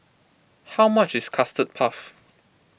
how much is Custard Puff